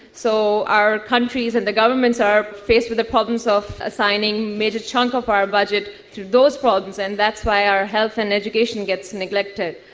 so our countries and the governments are faced with the problems of assigning a major chunk of our budget through those problems, and that's why our health and education gets neglected.